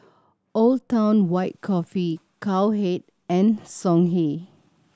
Old Town White Coffee Cowhead and Songhe